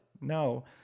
No